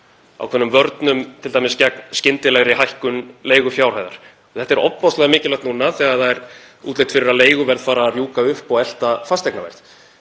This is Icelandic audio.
ákveðnum vörnum t.d. gegn skyndilegri hækkun leigufjárhæðar. Þetta er ofboðslega mikilvægt núna þegar það er útlit fyrir að leiguverð fari að rjúka upp og elta fasteignaverð.